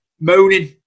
moaning